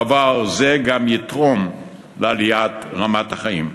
דבר זה גם יתרום לעליית רמת החיים.